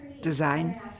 design